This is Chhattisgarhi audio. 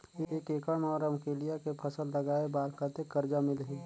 एक एकड़ मा रमकेलिया के फसल लगाय बार कतेक कर्जा मिलही?